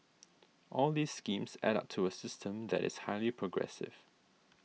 all these schemes add up to a system that is highly progressive